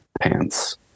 pants